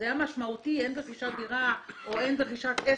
וזה היה משמעותי הן ברכישת דירה או הן ברכישת עסק.